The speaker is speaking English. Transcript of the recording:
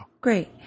Great